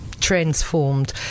transformed